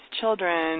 children